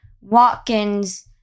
Watkins